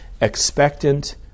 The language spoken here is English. expectant